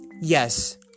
Yes